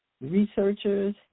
researchers